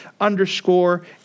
underscore